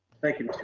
thank you